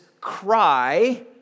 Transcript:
cry